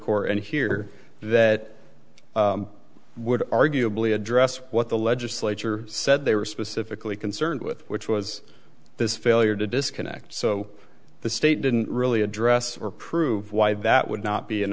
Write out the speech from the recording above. court and here that would arguably address what the legislature said they were specifically concerned with which was this failure to disconnect so the state didn't really address or prove why that would not be an